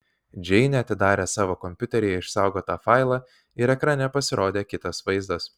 džeinė atidarė savo kompiuteryje išsaugotą failą ir ekrane pasirodė kitas vaizdas